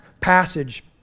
passage